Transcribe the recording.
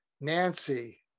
Nancy